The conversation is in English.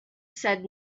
said